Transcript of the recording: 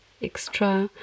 Extra